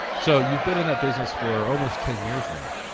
so you've been in that business for almost ten years now,